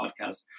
Podcast